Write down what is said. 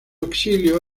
exilio